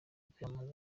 kwiyamamaza